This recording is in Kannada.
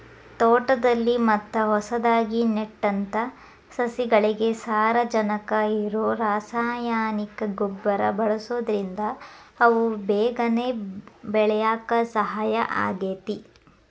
ತೋಟದಲ್ಲಿ ಮತ್ತ ಹೊಸದಾಗಿ ನೆಟ್ಟಂತ ಸಸಿಗಳಿಗೆ ಸಾರಜನಕ ಇರೋ ರಾಸಾಯನಿಕ ಗೊಬ್ಬರ ಬಳ್ಸೋದ್ರಿಂದ ಅವು ಬೇಗನೆ ಬೆಳ್ಯಾಕ ಸಹಾಯ ಆಗ್ತೇತಿ